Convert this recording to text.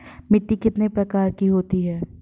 मिट्टी कितने प्रकार की होती हैं?